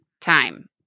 time